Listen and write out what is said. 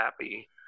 happy